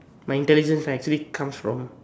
my intelligence are actually comes from